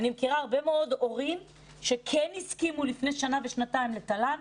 אני מכירה הרבה מאוד הורים שכן הסכימו לפני שנה ושנתיים לתל"ן,